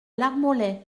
lamorlaye